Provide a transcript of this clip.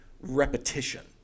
repetition